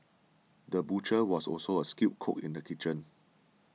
the butcher was also a skilled cook in the kitchen